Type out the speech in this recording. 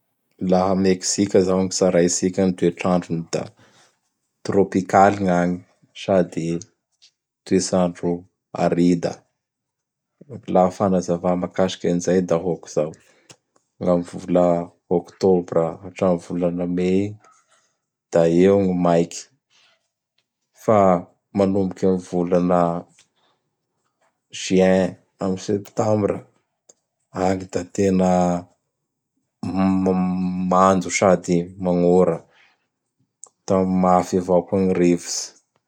Laha gn Meksika zao gn tsaraitsika gn toetr'androny da trôpikaly gn'agny sady toets'andro arida. La fagnazava mahakasiky an zay da hôkizao: Gn'am vola oktôbra hatram volana may igny; da eo gny maiky; fa manomboky am volana juin am septambra agny da tena mando sady magnora. Da mafy avao koa gny rivotsy.